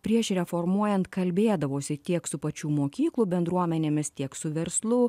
prieš reformuojant kalbėdavosi tiek su pačių mokyklų bendruomenėmis tiek su verslu